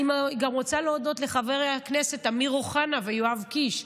אני רוצה להודות גם לחברי הכנסת אמיר אוחנה ויואב קיש,